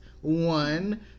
One